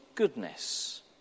goodness